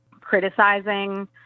criticizing